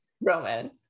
roman